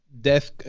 Death